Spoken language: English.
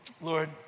Lord